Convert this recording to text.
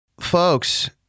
folks